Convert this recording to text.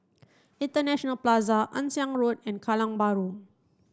International Plaza Ann Siang Road and Kallang Bahru